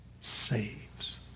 saves